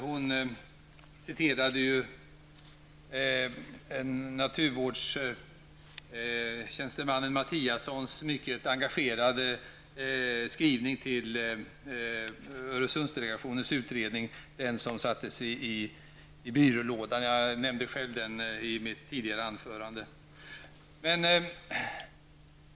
Hon citerade en naturvårdstjänstemans, Öresundsdelegationens utredning, dvs. den som lades i byrålådan. Jag nämnde själv den utredningen i mitt tidigare anförande.